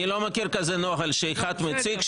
אני לא מכיר נוהל כזה שאחד מציג,